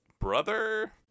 brother